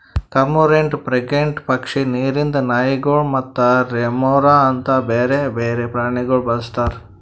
cormorant, frigate ಪಕ್ಷಿ, ನೀರಿಂದ್ ನಾಯಿಗೊಳ್ ಮತ್ತ ರೆಮೊರಾ ಅಂತ್ ಬ್ಯಾರೆ ಬೇರೆ ಪ್ರಾಣಿಗೊಳ್ ಬಳಸ್ತಾರ್